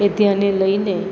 એ ધ્યાને લઈને